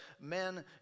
men